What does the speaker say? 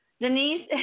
Denise